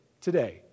today